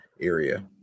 area